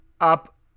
up